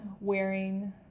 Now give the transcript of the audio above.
wearing